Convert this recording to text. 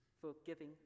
forgiving